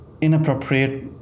inappropriate